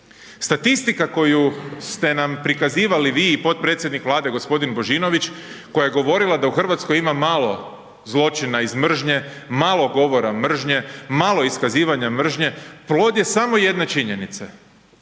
Statistika koju ste nam prikazivali vi i potpredsjednik Vlade g. Božinović koja je govorila da u RH ima malo zločina iz mržnje, malo govora mržnje, malo iskazivanja mržnje, plod je samo jedne činjenice,